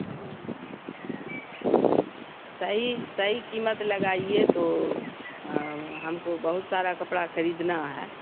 ہوں ہاں صحیح صحیح قیمت لگائیے تو ہم کو بہت سارا کپڑا خریدنا ہے